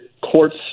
courts